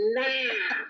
now